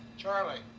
charlie.